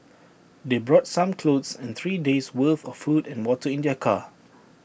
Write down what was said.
they brought some clothes and three days' worth of food and water in their car